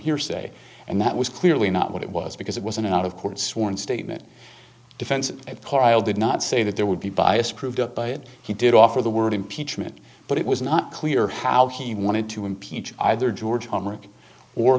hearsay and that was clearly not what it was because it was an out of court sworn statement defense at carlisle did not say that there would be bias proved but he did offer the word impeachment but it was not clear how he wanted to impeach either george homework or